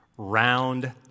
Round